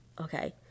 Okay